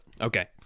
okay